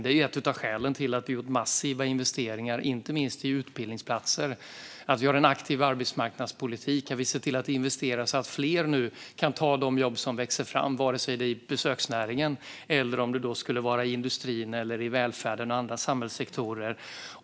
Det är ett av skälen till att vi gjort massiva investeringar inte minst i utbildningsplatser och att vi har en aktiv arbetsmarknadspolitik där vi ser till att investera så att fler nu kan ta de jobb som växer fram, vare sig det är i besöksnäringen, industrin, välfärden eller andra samhällssektorer.